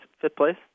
fifth-place